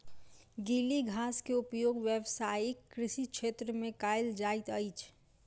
गीली घास के उपयोग व्यावसायिक कृषि क्षेत्र में कयल जाइत अछि